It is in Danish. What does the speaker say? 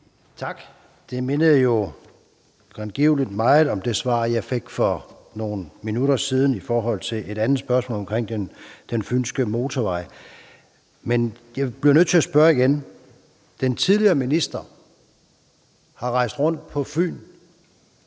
Tak. Det mindede jo grangivelig meget om det svar, jeg fik for nogle minutter siden på et spørgsmål om Fynske Motorvej. Jeg bliver nødt til at spørge igen. Den tidligere minister har rejst rundt på Fyn